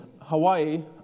Hawaii